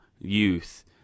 Youth